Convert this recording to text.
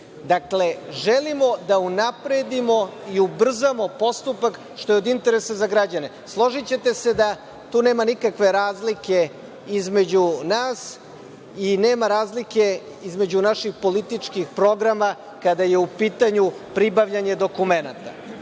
MUP.Dakle, želimo da unapredimo i ubrzamo postupak, što je od interesa za građane. Složićete se da tu nema nikakve razlike između nas i nema razlike između naših političkih programa kada je u pitanju pribavljanja dokumenata.